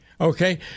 okay